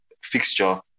fixture